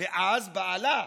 ואז בעלה,